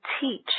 teach